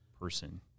person